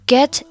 Get